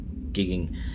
gigging